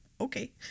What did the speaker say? okay